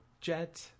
Jet